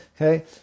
Okay